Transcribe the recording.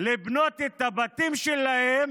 לבנות את הבתים שלהם